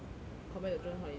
compared to june holidays